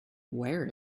wear